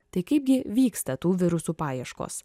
tai kaipgi vyksta tų virusų paieškos